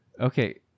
Okay